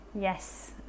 Yes